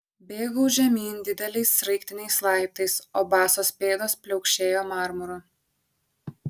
bėgau žemyn dideliais sraigtiniais laiptais o basos pėdos pliaukšėjo marmuru